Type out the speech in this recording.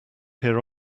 here